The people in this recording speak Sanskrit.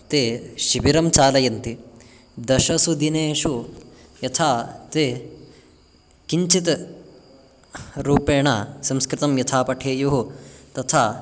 ते शिबिरं चालयन्ति दशसु दिनेषु यथा ते किञ्चित् रूपेण संस्कृतं यथा पठेयुः तथा